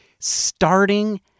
Starting